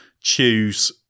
choose